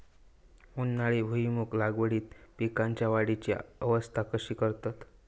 उन्हाळी भुईमूग लागवडीत पीकांच्या वाढीची अवस्था कशी करतत?